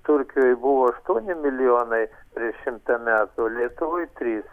turkijoj buvo aštuoni milijonai prieš šimtą metų o lietuvoj trys